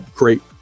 great